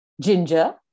ginger